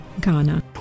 Ghana